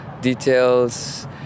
details